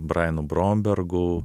brainu brombergu